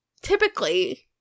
Typically